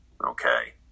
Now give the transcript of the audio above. Okay